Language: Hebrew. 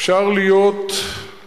אפשר להיות כמוהם,